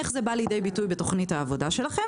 איך זה בא לידי ביטוי בתוכנית העבודה שלכם,